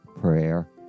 prayer